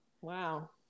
Wow